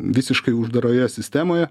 visiškai uždaroje sistemoje